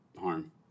harm